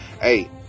hey